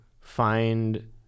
find